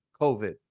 COVID